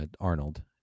Arnold